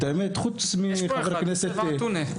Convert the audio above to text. והאמת היא שחוץ מחבר הכנסת יוסף עטאונה,